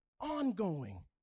ongoing